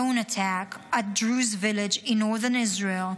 drone attack at Druze village in Northern Israel,